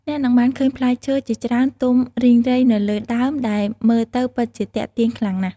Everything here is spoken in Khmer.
អ្នកនឹងបានឃើញផ្លែឈើជាច្រើនទុំរីងរៃនៅលើដើមដែលមើលទៅពិតជាទាក់ទាញខ្លាំងណាស់។